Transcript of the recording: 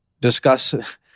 discuss